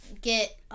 get